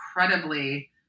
incredibly